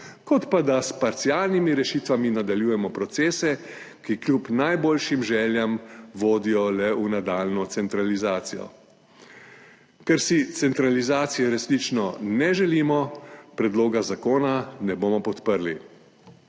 kot pa da s parcialnimi rešitvami nadaljujemo procese, ki kljub najboljšim željam vodijo le v nadaljnjo centralizacijo. Ker si centralizacije resnično ne želimo, predloga zakona ne bomo podprli.